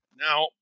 Now